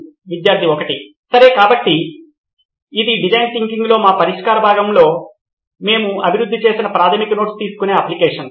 student 1 సరే కాబట్టి ఇది డిజైన్ థింకింగ్లో మా పరిష్కారంలో భాగంగా మేము అభివృద్ధి చేసిన ప్రాథమిక నోట్స్ తీసుకునే అప్లికేషన్